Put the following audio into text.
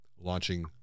Launching